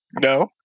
No